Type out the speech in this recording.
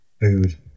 food